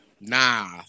Nah